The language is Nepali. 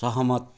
सहमत